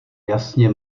jasně